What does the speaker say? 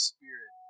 Spirit